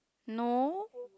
no